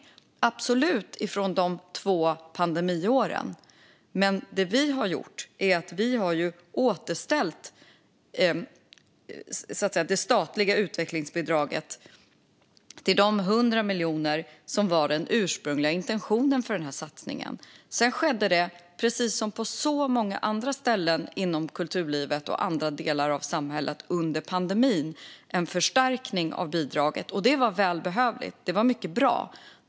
Det är det absolut från de två pandemiåren, men vad vi har gjort är att återställa det statliga utvecklingsbidraget till de 100 miljoner som var den ursprungliga intentionen med satsningen. Precis som till många andra delar av kulturlivet och samhället kom det en förstärkning av bidraget under pandemin, vilket var välbehövligt och mycket bra.